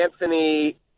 anthony